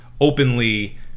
openly